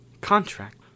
Contract